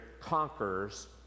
conquers